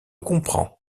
comprend